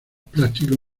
plásticos